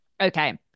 Okay